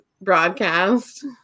broadcast